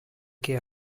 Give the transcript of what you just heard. què